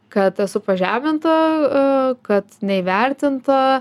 kad esu pažeminta a kad neįvertinta